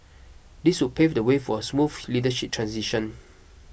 this would pave the way for a smooth leadership transition